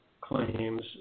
claims